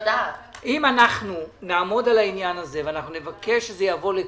אם אנחנו נעמוד על העניין הזה ונבקש שזה יבוא לכאן,